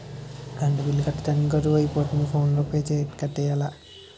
current bill కట్టడానికి గడువు అయిపోతంది ఫోన్ పే తో కట్టియ్యాల